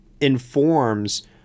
informs